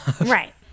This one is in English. Right